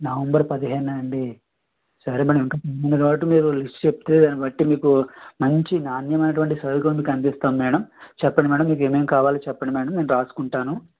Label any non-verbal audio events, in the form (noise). November పదిహేనా అండీ సరే మేడం (unintelligible) లిస్ట్ చెప్తే దాన్ని బట్టి మీకు మంచి నాణ్యమైనటువంటి సరుకు మీకు అందిస్తాం మేడం చెప్పండి మేడం మీకు ఏమేమి కావాలో చెప్పండి మేడం నేను రాసుకుంటాను